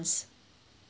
months